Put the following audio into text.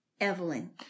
Evelyn